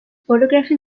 photography